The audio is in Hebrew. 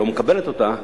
לא מקבלת אותה,